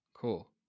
Cool